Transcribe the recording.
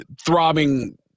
throbbing